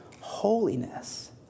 holiness